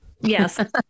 Yes